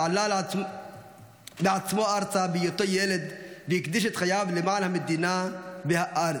שעלה בעצמו ארצה בהיותו ילד והקדיש את חייו למען המדינה והארץ,